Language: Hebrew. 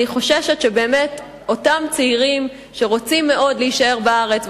אני חוששת שבאמת אותם צעירים שרוצים מאוד להישאר בארץ,